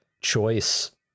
choice